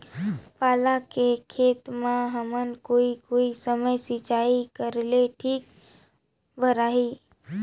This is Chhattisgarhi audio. पाला के खेती मां हमन कोन कोन समय सिंचाई करेले ठीक भराही?